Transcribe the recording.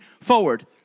forward